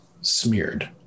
smeared